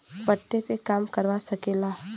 पट्टे पे काम करवा सकेला